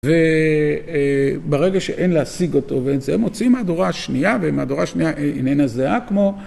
וברגע שאין להשיג אותו, והם מוציאים מהדורה השנייה, והמהדורה השנייה איננה זהה כמו.